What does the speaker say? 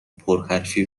پرحرفی